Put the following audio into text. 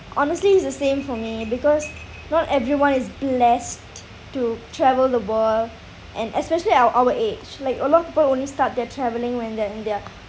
honestly it's the same for me because not everyone is blessed to travel the world and especially at our age like a lot of people only start their travelling when they are in their